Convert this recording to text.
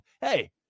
Hey